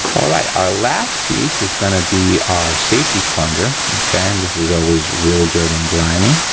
all right, our last piece is gonna be our safety plunger, okay. and this is always real dirty and grimey.